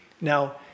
Now